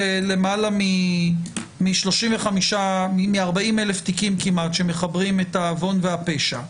של כמעט 40,000 תיקים שמחברים את העוון והפשע,